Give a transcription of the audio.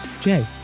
Jay